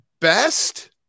best